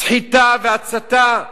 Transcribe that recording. סחיטה והצתה?